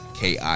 ki